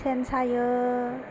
सेन सायो